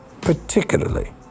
particularly